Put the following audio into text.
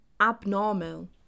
abnormal